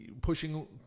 pushing